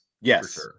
Yes